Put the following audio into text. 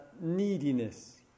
neediness